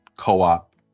co-op